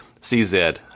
CZ